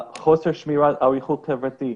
מחסור בשמירה על ריחוק חברתי,